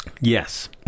Yes